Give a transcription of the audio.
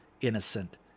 innocent